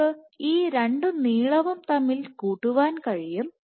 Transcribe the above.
നിങ്ങൾക്ക് ഈ രണ്ടു നീളവും തമ്മിൽ കൂട്ടുവാൻ കഴിയും